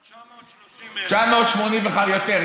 930,000. יותר,